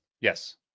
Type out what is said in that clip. yes